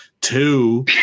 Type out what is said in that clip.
two